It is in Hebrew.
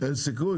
אין סיכוי?